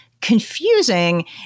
confusing